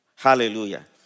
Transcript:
Hallelujah